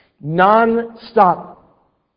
non-stop